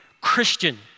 Christian